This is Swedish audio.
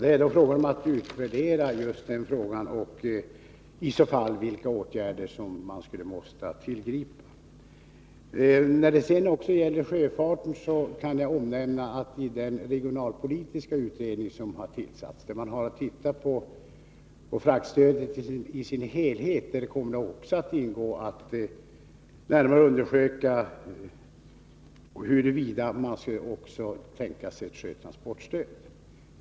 Just denna fråga skall utvärderas och därmed vilka åtgärder man måste tillgripa. När det sedan gäller sjöfarten kan jag omnämna att det i den regionalpolitiska utredning som har tillsatts, där man har att se på fraktstödet i dess helhet, kommer att ingå uppgiften att närmare undersöka huruvida man också skall tänka sig ett sjötransportstöd.